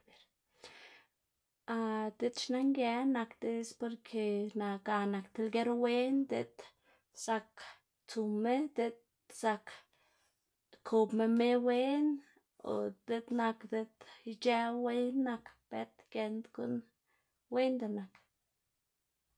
diꞌt xna nge nak es porke ga nak tib lger wen diꞌt zak tsuma, diꞌt zak kobma me wen o diꞌt nak diꞌt ic̲h̲ëwu wen nak, bët giend guꞌn wenda nak.